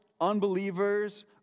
unbelievers